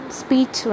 speech